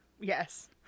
yes